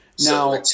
Now